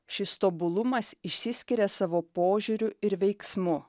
šis tobulumas išsiskiria savo požiūriu ir veiksmu